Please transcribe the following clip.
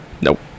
Nope